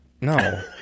No